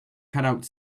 cut